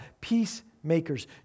Peacemakers